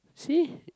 see